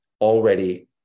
already